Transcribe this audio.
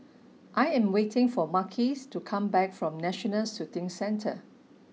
I am waiting for Marques to come back from National Shooting Centre